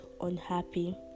unhappy